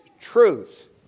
truth